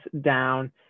down